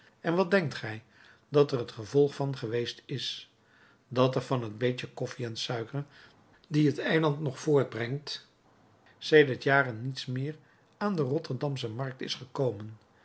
en wat denkt gij dat er het gevolg van geweest is dat er van het beetje koffij en suiker die het eiland nog voortbrengt sedert jaren niets meer aan de rotterdamsche markt is gekomen